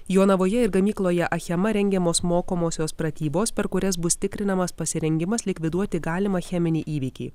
jonavoje ir gamykloje achema rengiamos mokomosios pratybos per kurias bus tikrinamas pasirengimas likviduoti galimą cheminį įvykį